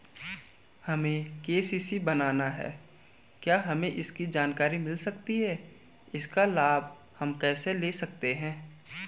हमें के.सी.सी बनाना है क्या हमें इसकी जानकारी मिल सकती है इसका लाभ हम कैसे ले सकते हैं?